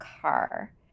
car